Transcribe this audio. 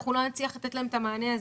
אנחנו לא נצליח לתת להם את המענה הזה.